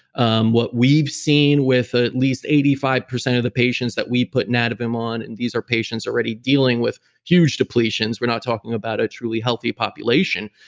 um what we've seen with ah at least eighty five percent of the patients that we put nadovim on, and these are patients already dealing with huge depletions, we're not talking about a truly healthy population,